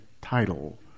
title